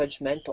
judgmental